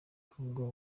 kuvugwaho